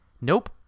nope